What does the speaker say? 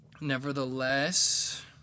nevertheless